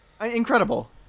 Incredible